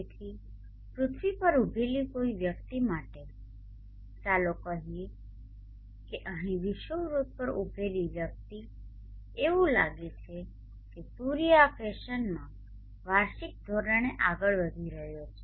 તેથી પૃથ્વી પર ઉભેલી કોઈ વ્યક્તિ માટે ચાલો કહીએ કે અહીં વિષુવવૃત્ત પર ઉભેલી વ્યક્તિ એવું લાગે છે કે સૂર્ય આ ફેશનમાં વાર્ષિક ધોરણે આગળ વધી રહ્યો છે